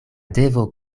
devo